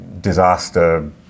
Disaster